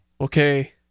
okay